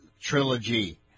trilogy